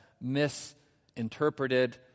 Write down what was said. misinterpreted